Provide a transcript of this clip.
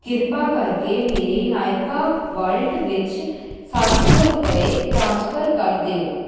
ਕਿਰਪਾ ਕਰਕੇ ਮੇਰੇ ਨਾਇਕਾ ਵਾਲਟ ਵਿੱਚ ਸੱਤ ਸੌ ਰੁਪਏ ਟ੍ਰਾਂਸਫਰ ਕਰ ਦਿਓ